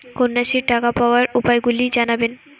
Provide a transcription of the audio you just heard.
কন্যাশ্রীর টাকা পাওয়ার উপায়গুলি জানাবেন?